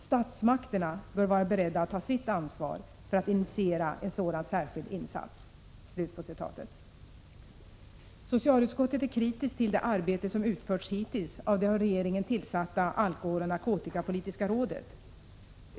Statsmakterna bör vara beredda att ta sitt ansvar för att initiera en sådan särskild insats.” Socialutskottet är kritiskt till det arbete som hittills utförts av det av regeringen tillsatta alkoholoch narkotikapolitiska rådet.